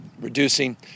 reducing